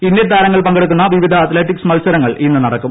Indian താരങ്ങൾ പങ്കെടുക്കുന്ന വിവിധ അത്ലറ്റിക്സ് മത്സരങ്ങൾ ഇന്ന് നടക്കും